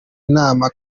inama